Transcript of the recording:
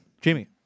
Jamie